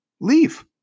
leave